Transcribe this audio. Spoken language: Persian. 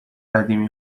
قدیمی